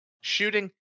shooting